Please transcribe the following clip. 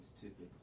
typically